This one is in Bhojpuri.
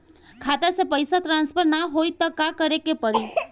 खाता से पैसा ट्रासर्फर न होई त का करे के पड़ी?